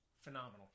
phenomenal